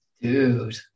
dude